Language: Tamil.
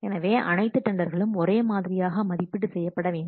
எனவே அனைத்து டெண்டர்களும் ஒரே மாதிரியாக மதிப்பீடு செய்யப்பட வேண்டும்